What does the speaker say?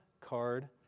card